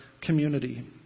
community